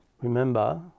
remember